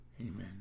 Amen